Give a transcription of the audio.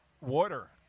water